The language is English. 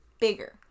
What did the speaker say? bigger